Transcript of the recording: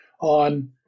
on